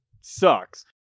sucks